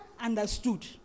understood